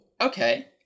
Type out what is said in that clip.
Okay